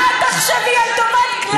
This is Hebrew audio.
במקום שאת תחשבי על טובת כלל מדינת ישראל,